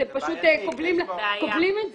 אתם כובלים את זה.